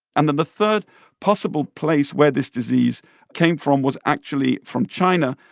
and then the third possible place where this disease came from was actually from china.